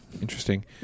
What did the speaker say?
interesting